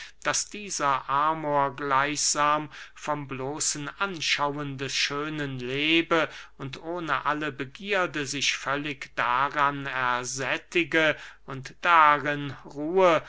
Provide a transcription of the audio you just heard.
daß dieser amor gleichsam vom bloßen anschauen des schönen lebe und ohne alle begierde sich völlig daran ersättige und darin ruhe